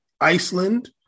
iceland